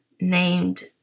named